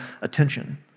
attention